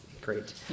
Great